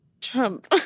Trump